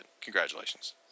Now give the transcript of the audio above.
Congratulations